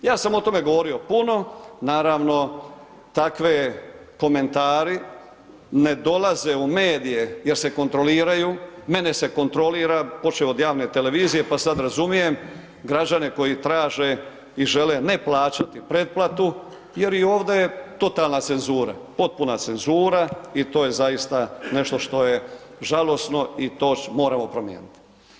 Ja sam o tome govorio puno, naravno takvi komentari ne dolaze u medije jer se kontroliraju, mene se kontrolira, počev od javne televizije pa sada razumijem građane koji traže i žele ne plaćati pretplatu jer i ovdje je totalna cenzura, potpuna cenzura i to je zaista nešto što je žalosno i to moramo promijeniti.